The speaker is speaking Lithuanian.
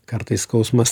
kartais skausmas